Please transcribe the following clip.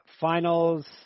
Finals